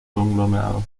conglomerados